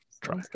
Try